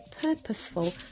purposeful